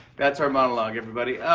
that's our monologue, everybody.